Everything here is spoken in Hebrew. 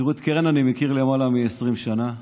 תראו, את קרן אני מכיר למעלה מ-20 שנה,